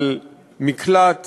על מקלט